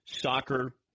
soccer